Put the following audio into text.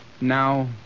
Now